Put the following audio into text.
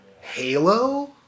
Halo